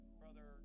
Brother